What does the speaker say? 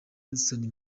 hudson